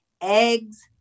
eggs